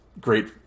great